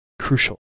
crucial